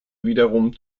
wiederum